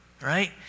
right